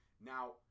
Now